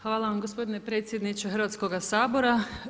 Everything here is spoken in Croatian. Hvala vam gospodine predsjedniče Hrvatskoga sabora.